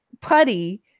putty